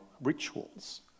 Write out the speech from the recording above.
rituals